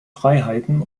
freiheiten